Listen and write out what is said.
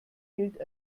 gilt